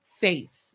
face